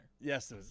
Yes